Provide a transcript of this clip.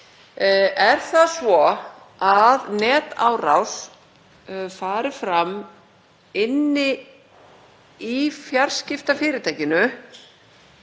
Er það svo að netárás fari fram inni í fjarskiptafyrirtækinu?